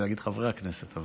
אבל,